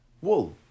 wool